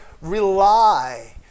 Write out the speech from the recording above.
rely